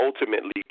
ultimately